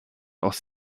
aus